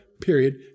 Period